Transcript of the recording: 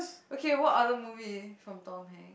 okay what other movie is from Tom-Hanks